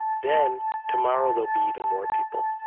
then tomorrow there'll be even more people.